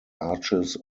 arches